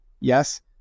yes